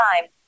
time